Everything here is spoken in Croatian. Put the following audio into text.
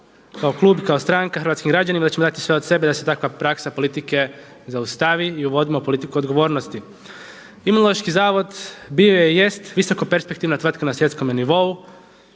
kao klub i kao stranka hrvatskim građanima da ćemo dati sve od sebe da se takva praksa politike zaustavi i uvodimo politiku odgovornosti. Imunološki zavod bio je i jest visoko perspektivna tvrtka na svjetskome nivou.